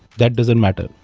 that doesn't matter.